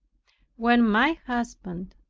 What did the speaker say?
when my husband,